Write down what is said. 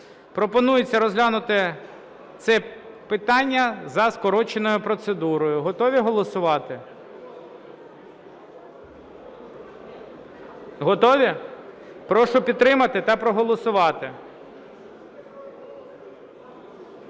Пропонується розглянути це питання за скороченою процедурою. Готові голосувати? Готові? Прошу підтримати та проголосувати.